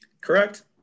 Correct